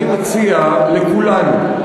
אני מציע לכולנו,